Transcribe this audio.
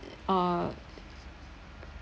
uh